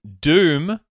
Doom